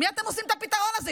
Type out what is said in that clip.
עם מי אתם עושים את הפתרון הזה?